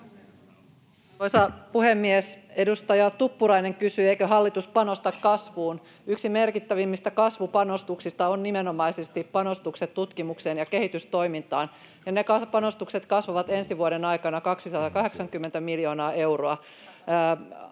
Edustaja Tuppurainen kysyi, eikö hallitus panosta kasvuun. Yksi merkittävimmistä kasvupanostuksista on nimenomaisesti panostukset tutkimukseen ja kehitystoimintaan. Ja ne panostukset kasvavat ensi vuoden aikana 280 miljoonaa euroa.